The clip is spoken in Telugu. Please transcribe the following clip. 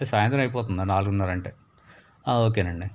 సాయంత్రం అయిపోతుంది నాలుగున్నరంటే ఆ ఓకేనండి